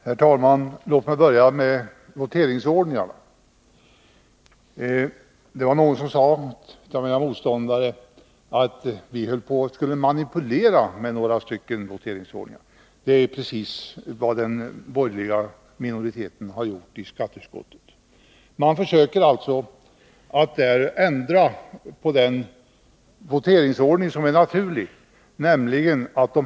Herr talman! Låt mig börja med en kommentar om voteringsordningarna. Någon av mina motståndare sade att vi ämnade manipulera med några voteringsordningar. Men det är precis vad den borgerliga minoriteten har gjort i skatteutskottet. Man försöker alltså ändra på den voteringsordning som är naturlig.